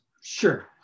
Sure